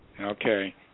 Okay